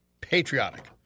patriotic